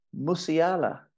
Musiala